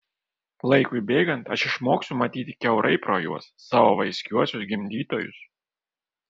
laikui bėgant aš išmoksiu matyti kiaurai pro juos savo vaiskiuosius gimdytojus